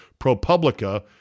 ProPublica